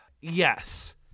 Yes